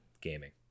gaming